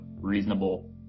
reasonable